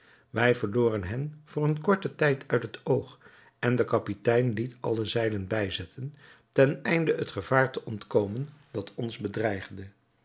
wij verloren hen voor een korten tijd uit het oog en de kapitein liet alle zeilen bijzetten ten einde het gevaar te ontkomen dat ons bedreigde